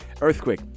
Earthquake